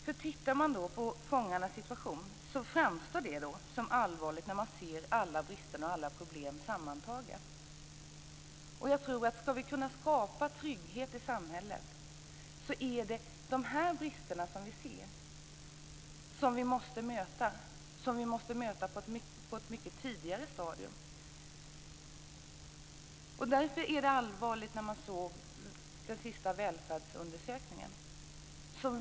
Fångarnas situation framstår som allvarlig när man ser alla brister och alla problem sammantagna. Om vi ska kunna skapa trygghet i samhället tror jag att det är dessa brister som vi måste möta på ett mycket tidigare stadium. Därför är det som visas i den senaste välfärdsundersökningen allvarligt.